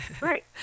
Right